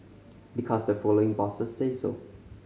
because the following bosses say so